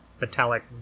metallic